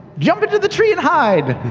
jump into the tree and hide!